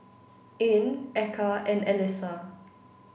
Ain Eka and Alyssa